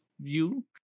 view